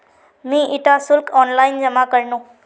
मी इटा शुल्क ऑनलाइन जमा करनु